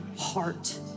heart